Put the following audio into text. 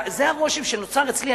זה הרושם שנוצר אצלי,